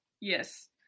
yes